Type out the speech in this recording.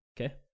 Okay